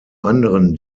anderen